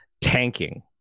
Tanking